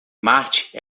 marte